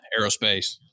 aerospace